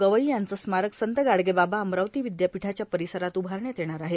गवई यांचे स्मारक संत गाडगेबाबा अमरावती विद्यापीठाच्या परिसरात उभारण्यात येणार आहे